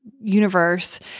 universe